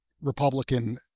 Republican